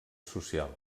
social